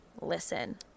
listen